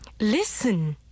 Listen